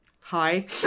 Hi